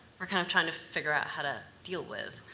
we're kind of trying to figure out how to deal with.